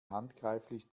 handgreiflich